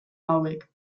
hauek